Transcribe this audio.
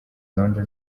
gahunda